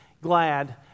glad